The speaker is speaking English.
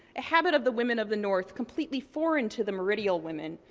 a habit of the women of the north, completely foreign to the meridional women,